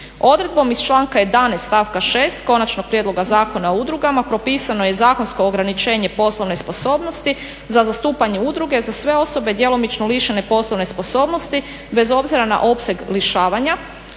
Odredbom iz članka 11. stavka 6. Konačnog prijedloga Zakona o udrugama propisano je zakonsko ograničenje poslovne sposobnosti za zastupanje udruge za sve osobe djelomično lišene poslovne sposobnosti bez obzira na opseg lišavanja